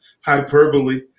hyperbole